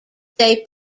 stay